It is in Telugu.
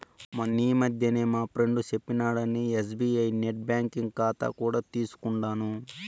మొన్నీ మధ్యనే మా ఫ్రెండు సెప్పినాడని ఎస్బీఐ నెట్ బ్యాంకింగ్ కాతా కూడా తీసుకుండాను